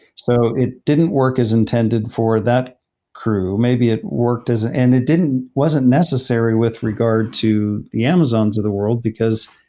so it didn't work is intended for that crew. maybe it worked as it and it wasn't necessary with regard to the amazons of the world, because